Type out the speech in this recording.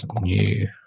new